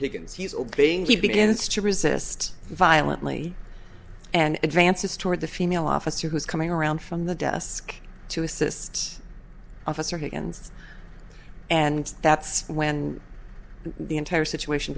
higgins he's obeying he begins to resist violently and advances toward the female officer who is coming around from the desk to assist officer higgins and that's when the entire situation